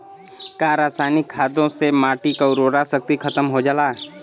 का रसायनिक खादों से माटी क उर्वरा शक्ति खतम हो जाला?